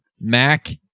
Mac